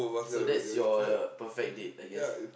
so that's your perfect date I guess